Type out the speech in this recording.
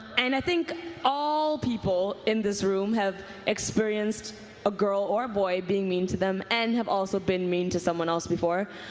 and i think all people in this room have experienced a girl or boy being mean to them and have been mean to someone else before.